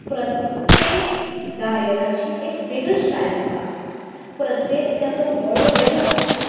प्रत्येक गायनाची एक वेगळी स्टायल आसता प्रत्येकट्याचो गळो वेगळो आसता